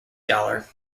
dollar